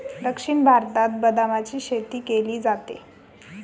दक्षिण भारतात बदामाची शेती केली जाते